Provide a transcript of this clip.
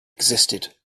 existed